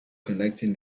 connecting